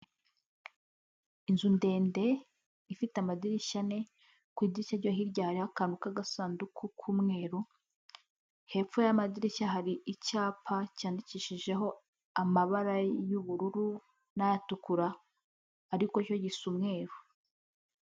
Inzu ndende ifite amadirishya ane, ku idirishya ryo hirya hari akantu k'agasanduku k'umweru, hepfo y'amadirishya hari icyapa cyandikishijeho amabara y'ubururu n'atukura, ariko cyo gisa umweru.